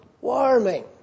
warming